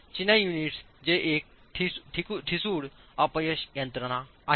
चिनाई युनिट्स जे एक ठिसूळ अपयश यंत्रणा आहे